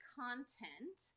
content